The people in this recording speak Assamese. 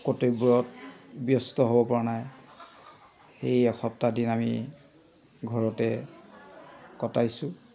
কৰ্তব্যত ব্যস্ত হ'ব পৰা নাই সেই এসপ্তাহ দিন আমি ঘৰতে কটাইছোঁ